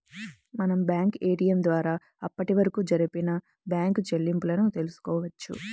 మనం bank ATM ద్వారా అప్పటివరకు జరిపిన బ్యేంకు చెల్లింపులను తెల్సుకోవచ్చు